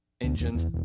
Engines